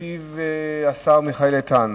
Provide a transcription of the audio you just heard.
ישיב השר מיכאל איתן.